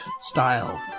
style